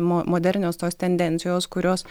mo modernios tos tendencijos kurios